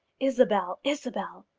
isabel! isabel!